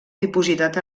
dipositat